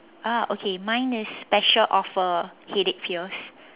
ah okay mine is special offer headache pills